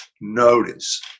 notice